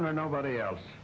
nobody else